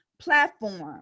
platform